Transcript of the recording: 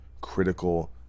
Critical